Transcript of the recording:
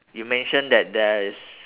you mention that there is